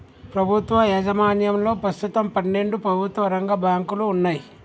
ప్రభుత్వ యాజమాన్యంలో ప్రస్తుతం పన్నెండు ప్రభుత్వ రంగ బ్యాంకులు వున్నయ్